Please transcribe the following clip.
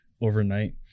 overnight